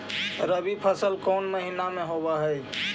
रबी फसल कोन महिना में होब हई?